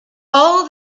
all